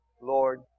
Lord